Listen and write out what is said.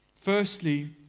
Firstly